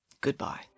goodbye